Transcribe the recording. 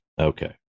Okay